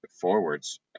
forwards